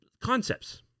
concepts